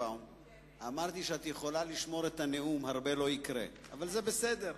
אבל זה בסדר,